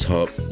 top